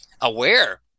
aware